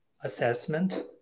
assessment